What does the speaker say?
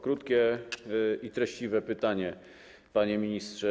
Krótkie i treściwe pytanie, panie ministrze.